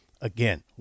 Again